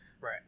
Right